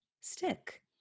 stick